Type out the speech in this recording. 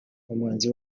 nk’umwanzi